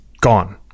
gone